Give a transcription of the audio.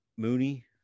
Mooney